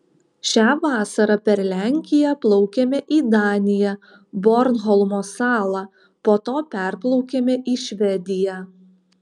šią vasarą per lenkiją plaukėme į daniją bornholmo salą po to perplaukėme į švediją